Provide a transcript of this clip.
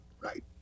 Right